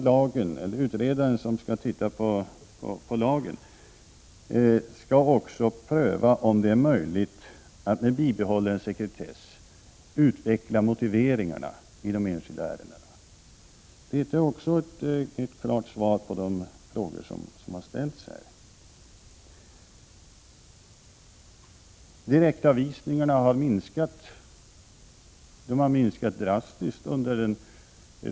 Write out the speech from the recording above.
Den utredare som skall se på lagen skall också pröva om det är möjligt att med bibehållen sekretess utveckla motiveringarna i de enskilda ärendena. Detta är också ett klart svar på de frågor som här har ställts. Direktavvisningarnas antal har minskat. Under det senaste året har antalet minskat drastiskt.